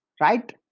right